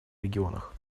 регионах